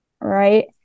right